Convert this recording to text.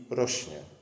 rośnie